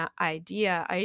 idea